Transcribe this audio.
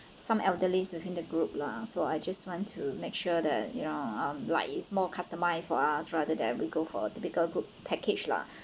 some elderly within the group lah so I just want to make sure that you know mm like it's more customized for us rather than we go for a typical group package lah